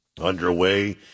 Underway